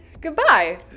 goodbye